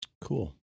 cool